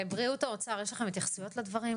בריאות או אוצר, יש לכם התייחסויות לדברים?